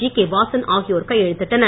GK Vasan ஆகியோர் கையெழத்திட்டனர்